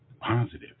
positive